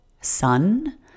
sun